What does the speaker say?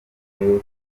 w’intebe